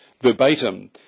verbatim